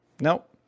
Nope